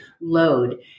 load